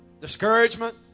Discouragement